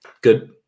good